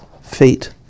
feet